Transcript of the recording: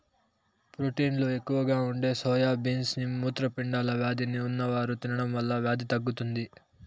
ప్రోటీన్లు ఎక్కువగా ఉండే సోయా బీన్స్ ని మూత్రపిండాల వ్యాధి ఉన్నవారు తినడం వల్ల వ్యాధి తగ్గుతాది